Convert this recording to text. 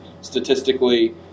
statistically